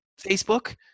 Facebook